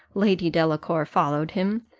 lady delacour followed him,